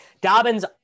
Dobbins